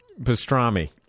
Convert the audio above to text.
pastrami